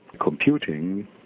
computing